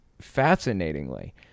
Fascinatingly